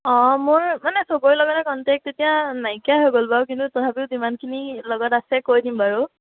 মোৰ মানে চবৰে লগত কণ্টেক্ট এতিয়া নাইকিয়া হৈ গ'ল বাৰু কিন্তু তথাপিও যিমানখিনি লগত আছে কৈ দিম বাৰু